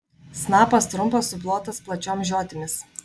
snapas trumpas suplotas plačiom žiotimis